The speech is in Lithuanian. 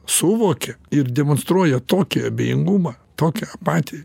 suvokia ir demonstruoja tokį abejingumą tokią apatiją